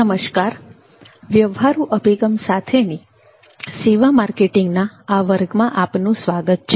નમસ્કાર વ્યવહારુ અભિગમ સાથેની સેવા માર્કેટિંગના આ વર્ગમાં આપનું સ્વાગત છે